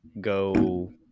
go